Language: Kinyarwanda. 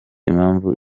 impamvu